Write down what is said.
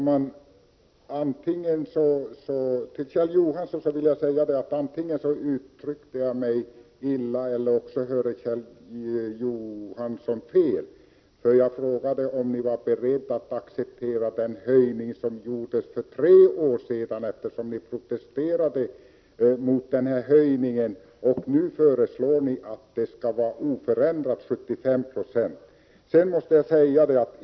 Herr talman! Till Kjell Johansson vill jag säga att antingen uttryckte jag mig illa eller också hörde Kjell Johansson fel. Jag frågade om ni var beredda att acceptera den höjning som gjordes för tre år sedan. Ni protesterade ju mot den höjningen, men nu föreslår ni att avsättningsbeloppet skall vara oförändrat 75 96.